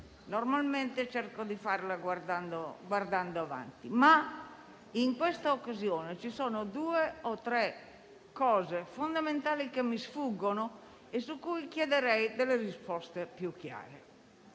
normalmente cerco di farla guardando avanti. In questa occasione, però, ci sono due o tre punti fondamentali che mi sfuggono e su cui chiederei delle risposte più chiare.